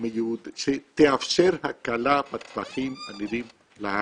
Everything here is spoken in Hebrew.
שתאפשר הקלה בטווחים הנראים לעין,